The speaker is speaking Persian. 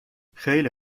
خیلی